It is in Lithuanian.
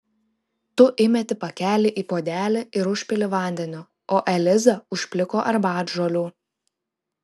tu įmeti pakelį į puodelį ir užpili vandeniu o eliza užpliko arbatžolių